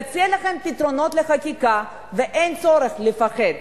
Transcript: תציע לכם פתרונות לחקיקה, ואין צורך לפחד.